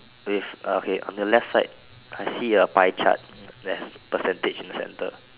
with uh okay on the left side I see a pie chart there's percentage in the center